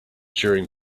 during